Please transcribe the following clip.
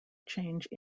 change